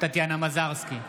טטיאנה מזרסקי,